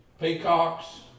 peacocks